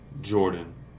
Jordan